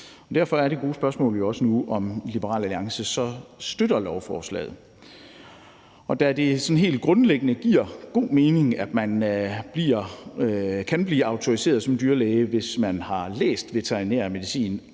Derfor er det gode spørgsmål jo også nu, om Liberal Alliance så støtter lovforslaget. Da det sådan helt grundlæggende giver god mening, at man også kan blive autoriseret som dyrlæge, hvis man har læst veterinærmedicin